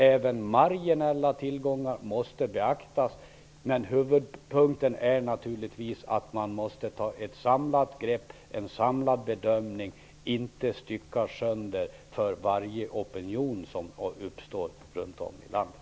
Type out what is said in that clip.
Även marginella tillgångar måste beaktas. Men huvudpunkten är naturligtvis att man måste ta ett samlat grepp, göra en samlad bedömning och inte stycka sönder för varje opinion som uppstår runt om i landet.